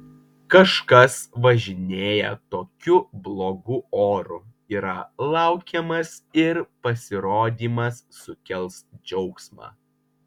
kažkas važinėja tokiu blogu oru yra laukiamas ir pasirodymas sukels džiaugsmą